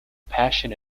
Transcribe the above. passion